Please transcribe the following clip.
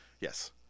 Yes